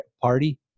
party